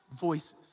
voices